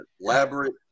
elaborate